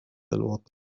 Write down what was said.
الوقت